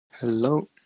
hello